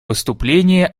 выступление